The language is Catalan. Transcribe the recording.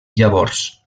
llavors